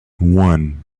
one